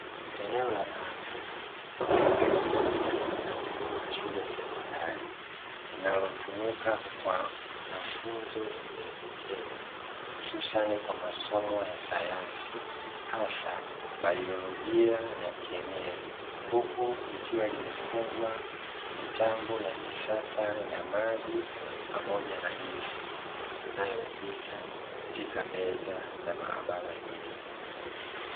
Eneo la maabara ndani ya majengo ya shule ya sekondari linalotumika kwa mafunzo ya vitendo hususani kwa masomo ya sayansi hasa bailojia na kemia. Huku likiwa limefungwa mitambo ya kisasa ya maji pamoja na gesi inayopita katika meza za maabara hiyo.